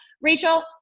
Rachel